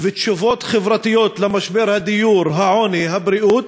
ותשובות חברתיות למשבר הדיור, העוני, הבריאות,